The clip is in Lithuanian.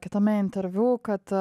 kitame interviu kad